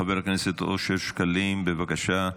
חבר הכנסת אושר שקלים, בבקשה.